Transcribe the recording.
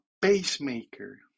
pacemaker